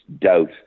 doubt